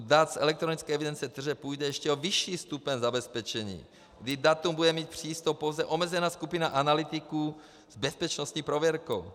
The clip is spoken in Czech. U dat z elektronické evidence tržeb půjde ještě o vyšší stupeň zabezpečení, kdy k datu bude mít přístup pouze omezená skupina analytiků s bezpečnostní prověrkou.